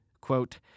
quote